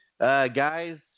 guys